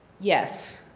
yes.